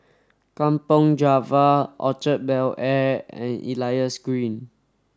Kampong Java Orchard Bel Air and Elias Green